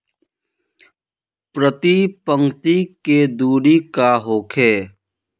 प्रति पंक्ति के दूरी का होखे?